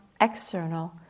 external